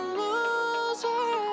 loser